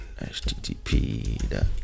HTTP